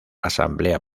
asamblea